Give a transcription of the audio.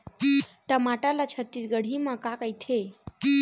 टमाटर ला छत्तीसगढ़ी मा का कइथे?